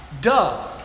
duh